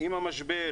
עם המשבר,